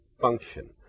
function